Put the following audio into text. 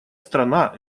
страна